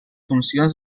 funcions